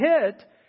hit